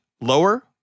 lower